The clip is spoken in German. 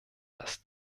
das